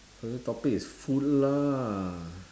favourite topic is food lah